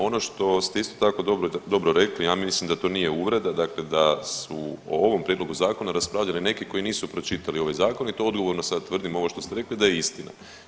Ono što ste isto tako dobro rekli, ja mislim da to nije uvreda, dakle da su o ovom prijedlogu zakona raspravljali neki koji nisu pročitali ovaj zakon i to odgovorno sad tvrdim ovo što ste rekli da je istina.